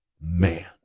man